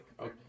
okay